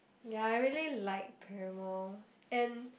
ya I really like Paramore and